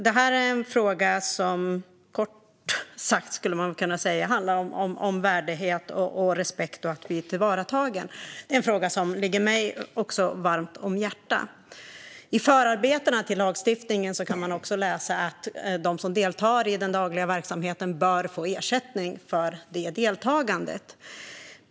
Det här är en fråga som kort sagt handlar om värdighet och respekt och att bli tillvaratagen. Det är också en fråga som ligger mig varmt om hjärtat. I förarbetena till lagstiftningen kan man läsa att de som deltar i den dagliga verksamheten bör få ersättning för sitt deltagande.